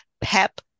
PEP